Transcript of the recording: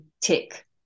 tick